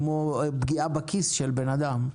כמו פגיעה בכיס של אדם.